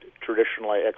traditionally